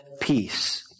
peace